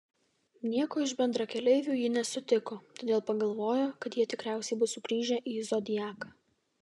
nieko iš bendrakeleivių ji nesutiko todėl pagalvojo kad jie tikriausiai bus sugrįžę į zodiaką